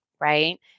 right